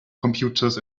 computers